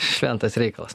šventas reikalas